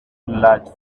large